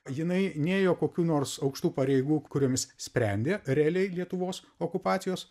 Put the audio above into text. jinai nėjo kokių nors aukštų pareigų kuriomis sprendė realiai lietuvos okupacijos